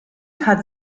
hat